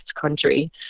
country